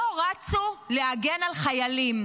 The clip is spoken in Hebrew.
לא רצו להגן על חיילים.